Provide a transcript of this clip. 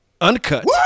uncut